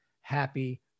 happy